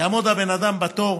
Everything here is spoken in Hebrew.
יעמוד הבן אדם בתור,